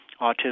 autism